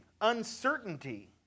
uncertainty